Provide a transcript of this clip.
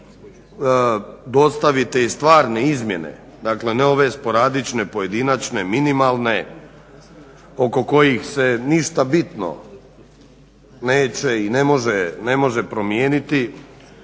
dostavite i stvarne izmjene, dakle ne ove sporadične, pojedinačne, minimalne oko kojih se ništa bitno neće i ne može promijeniti